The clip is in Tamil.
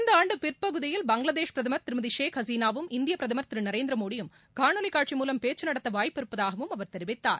இந்த ஆண்டு பிற்பகுதியில் பங்ளாதேஷ் பிரதமர் திருமதி ஷேக் ஹசீனாவும் இந்திய பிரதமர் திரு நரேந்திரமோடியும் காணொலி காட்சி மூலம் பேச்சு நடத்த வாய்ப்பு இருப்பதாகவும் அவர் தெரிவித்தார்